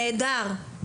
נהדר.